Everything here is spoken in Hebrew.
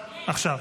עכשיו.